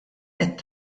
qed